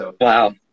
Wow